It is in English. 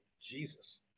jesus